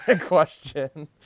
question